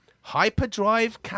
Hyperdrive